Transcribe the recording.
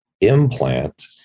implant